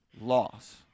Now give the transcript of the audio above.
loss